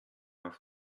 auf